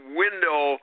window